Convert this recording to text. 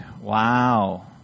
wow